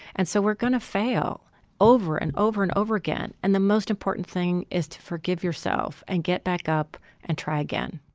and so we're going to fail over and over and over again. and the most important thing is to forgive yourself and get back up and try again